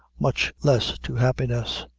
much loss to happiness.